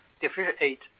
differentiate